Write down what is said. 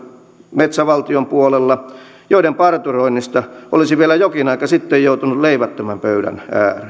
metsävaltion puolella sellaisten kohteitten hakkaamisen joiden parturoinnista olisi vielä jokin aika sitten joutunut leivättömän pöydän ääreen